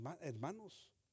hermanos